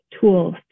tools